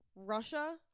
Russia